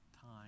Time